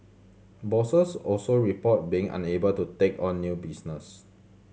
bosses also reported being unable to take on new business